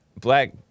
black